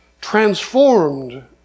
Transformed